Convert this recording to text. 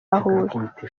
huye